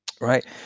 right